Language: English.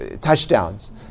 touchdowns